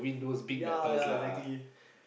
ya ya exactly